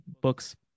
books